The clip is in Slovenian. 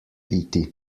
iti